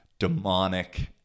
demonic